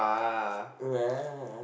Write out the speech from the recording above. !wah!